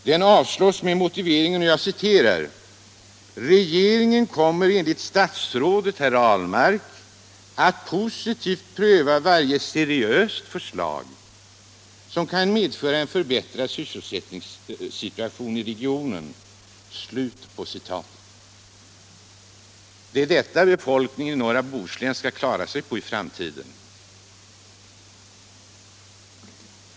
Den avstyrks med följande motivering: ”Regeringen kommer enligt statsrådet Ahlmark att positivt pröva varje seriöst förslag som kan medföra en förbättrad sysselsättningssituation i regionen.” Det är detta befolkningen i norra Bohuslän skall klara sig på i framtiden.